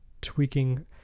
tweaking